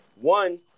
One